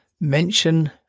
mention